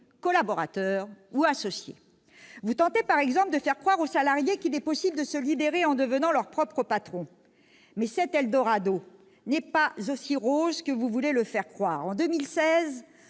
collaborateurs ou associés. Vous tentez, par exemple, de faire croire aux salariés qu'il est possible de se libérer en devenant son propre patron. Sauf que cet eldorado n'est pas aussi rose que vous voulez le faire croire ! En 2016,